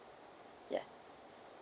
ya